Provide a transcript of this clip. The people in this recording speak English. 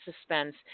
suspense